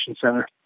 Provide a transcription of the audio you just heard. center